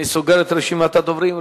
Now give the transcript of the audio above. אני סוגר את רשימת הדוברים.